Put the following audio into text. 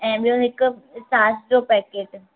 ऐं ॿियो हिकु सर्फ जो पैकेट